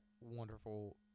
wonderful